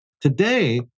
Today